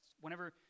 whenever